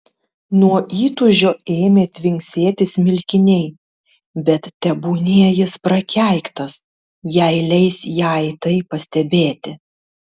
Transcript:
nuo įtūžio ėmė tvinksėti smilkiniai bet tebūnie jis prakeiktas jei leis jai tai pastebėti